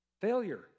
failure